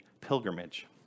pilgrimage